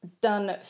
done